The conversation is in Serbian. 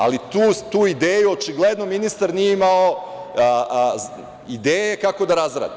Ali, tu ideju očigledno ministar nije imao ideje kako da razradi.